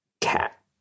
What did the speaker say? cat